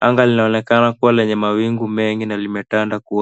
Anga linaonekana kuwa lenye mawingu mengi na limetanda kote.